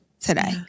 today